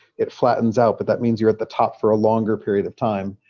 it flattens out. but that means you're at the top for a longer period of time.